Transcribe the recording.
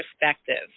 perspective